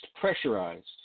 pressurized